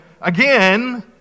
again